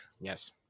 Yes